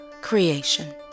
creation